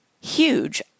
huge